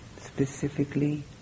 specifically